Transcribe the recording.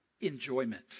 enjoyment